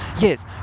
Yes